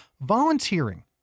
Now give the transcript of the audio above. volunteering